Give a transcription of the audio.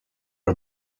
are